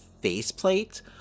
faceplate